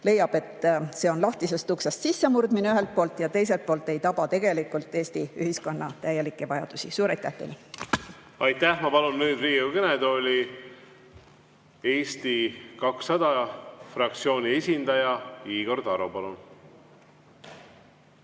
leiab, et see on lahtisest uksest sissemurdmine ühelt poolt ja teiselt poolt ei taba täielikult Eesti ühiskonna vajadusi. Suur aitäh teile! Ma palun nüüd Riigikogu kõnetooli Eesti 200 fraktsiooni esindaja Igor Taro.